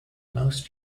most